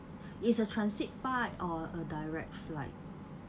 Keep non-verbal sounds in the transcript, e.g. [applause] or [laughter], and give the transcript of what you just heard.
[breath] it's a transit flight or a direct flight